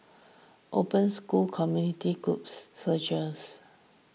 open school community groups searchers